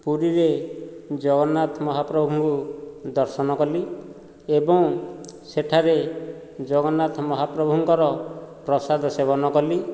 ପୁରୀରେ ଜଗନ୍ନାଥ ମହାପ୍ରଭୁଙ୍କୁ ଦର୍ଶନ କଲି ଏବଂ ସେଠାରେ ଜଗନ୍ନାଥ ମହାପ୍ରଭୁଙ୍କର ପ୍ରସାଦ ସେବନ କଲି